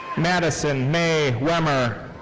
madison mae wemmer.